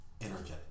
energetic